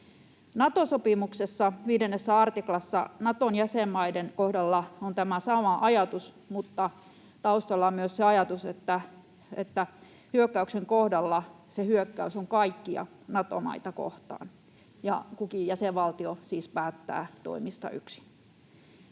Nato-sopimuksessa 5 artiklassa Naton jäsenmaiden kohdalla on tämä sama ajatus, mutta taustalla on myös se ajatus, että hyökkäyksen kohdalla se on hyökkäys kaikkia Nato-maita kohtaan ja kukin jäsenvaltio siis päättää toimista yksin.